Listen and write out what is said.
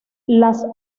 las